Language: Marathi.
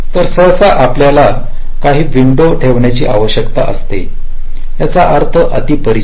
तर सहसा आपल्याला काही विंडो ठेवण्याची आवश्यकता असते ज्याचा अर्थ अति परिचित